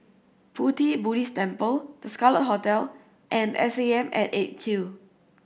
Pu Ti Buddhist Temple The Scarlet Hotel and S A M at Eight Q